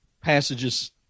passages